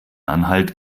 anhalt